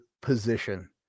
position